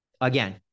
Again